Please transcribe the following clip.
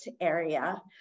area